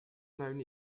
known